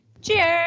Cheers